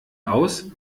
aus